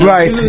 Right